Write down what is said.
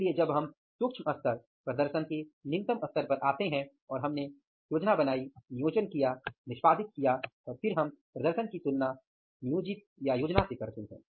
इसलिए जब हम सूक्ष्म स्तर प्रदर्शन के निम्नतम स्तर पर आते हैं और हमने योजना बनाई निष्पादित किया और फिर हम प्रदर्शन की तुलना योजना से करते हैं